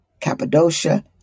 Cappadocia